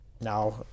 Now